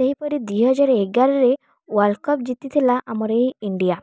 ସେହିପରି ଦୁଇହଜାର ଏଗାରରେ ୱର୍ଲ୍ଡକପ୍ ଜିତିଥିଲା ଆମର ଏହି ଇଣ୍ଡିଆ